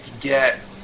get